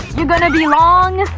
you gonna be long?